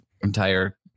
entire